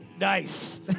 Nice